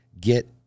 get